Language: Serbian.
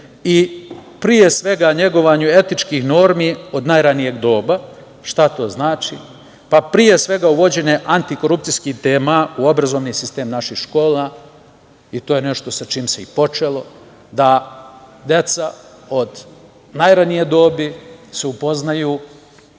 i pre svega negovanju etičkih normi od najranijeg doba. Šta to znači? Pre svega uvođenje antikorupcijskih tema u obrazovni sistem naših škola. To je nešto sa čim se i počelo. Da deca od najranije dobi se upoznaju